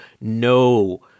no